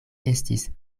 estis